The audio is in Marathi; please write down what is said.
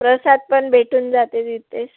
प्रसादपण भेटून जाते तिथेच